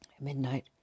Midnight